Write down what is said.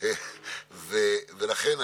אומה משכילה,